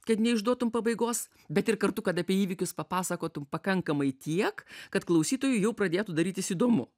kad neišduotum pabaigos bet ir kartu kad apie įvykius papasakotum pakankamai tiek kad klausytojui jau pradėtų darytis įdomu